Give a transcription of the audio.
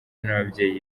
n’ababyeyi